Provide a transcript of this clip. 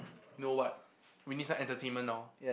know what we need some entertainment now